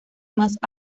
más